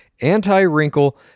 anti-wrinkle